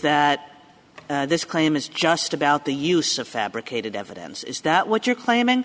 that this claim is just about the use of fabricated evidence is that what you're claiming